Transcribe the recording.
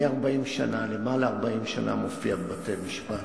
אני למעלה מ-40 שנה מופיע בבתי-משפט,